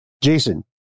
Jason